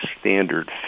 standard